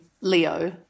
Leo